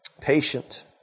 patient